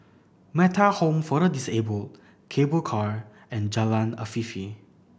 Metta Home for the Disabled Cable Car and Jalan Afifi